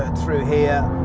through here.